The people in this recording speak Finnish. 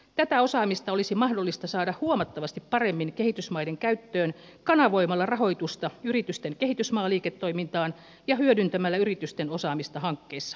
tätä osaamista olisi mahdollista saada huomattavasti paremmin kehitysmaiden käyttöön kanavoimalla rahoitusta yritysten kehitysmaaliiketoimintaan ja hyödyntämällä yritysten osaamista hankkeissa